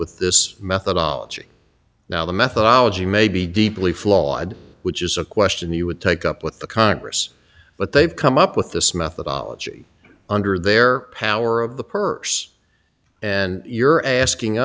with this methodology now the methodology may be deeply flawed which is a question you would take up with the congress but they've come up with this methodology under their power of the perks and you're asking